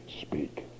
speak